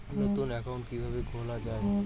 নতুন একাউন্ট কিভাবে খোলা য়ায়?